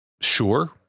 sure